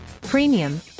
premium